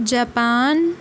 Japan